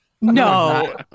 No